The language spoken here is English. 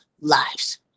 lives